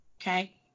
Okay